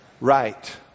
right